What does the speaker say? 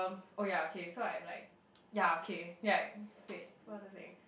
um oh yeah okay so I like yeah okay ya k wait what was i saying